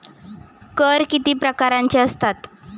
कर किती प्रकारांचे असतात?